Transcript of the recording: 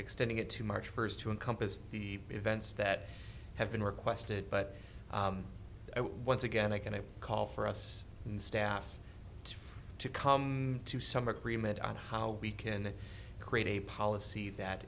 extending it to march first to encompass the events that have been requested but that once again i can i call for us and staff to come to some agreement on how we can create a policy that